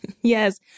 Yes